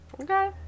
Okay